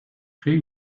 créer